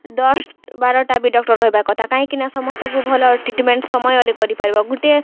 ଦଶ୍ ବାରଟା ବି ଡ଼କ୍ଚର୍ ରହେବାର୍ କଥା କାହିଁକିନା ସମସ୍ତଙ୍କୁ ଭଲ୍ ଟ୍ରିଟ୍ମେଣ୍ଟ୍ ସମୟରେ କରିପାର୍ବ ଗୁଟେ